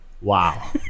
Wow